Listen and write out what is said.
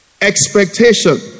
expectation